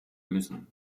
müssen